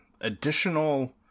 additional